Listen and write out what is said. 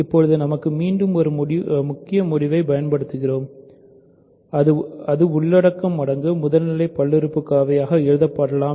இப்போது நமக்கு மீண்டும் ஒரு முக்கிய முடிவை பயன்படுத் துகிறோம் அது என்னவென்றால் ஒவ்வொரு பல்லுறுப்புக்கோவையும் ஒரு உள்ளடக்கம் மடங்கு முதல்நிலை பல்லுறுப்புக்கோவையாக எழுதப்படலாம்